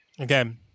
Okay